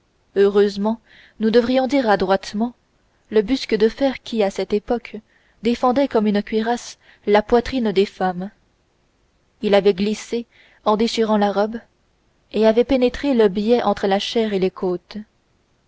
heureusement nous devrions dire adroitement le busc de fer qui à cette époque défendait comme une cuirasse la poitrine des femmes il avait glissé en déchirant la robe et avait pénétré de biais entre la chair et les côtes